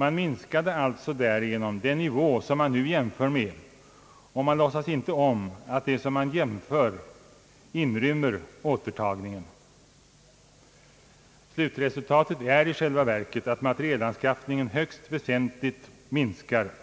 Man minskade alltså därigenom den nivå som man nu jämför med, och man låtsas inte heller om att den som man jämför med inrymmer återtagningen. Slutresultatet är att materielanskaffningen i själva verket minskar högst väsentligt